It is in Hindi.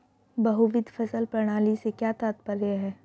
बहुविध फसल प्रणाली से क्या तात्पर्य है?